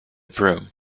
broom